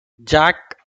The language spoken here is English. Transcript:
jack